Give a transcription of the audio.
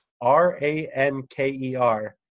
r-a-n-k-e-r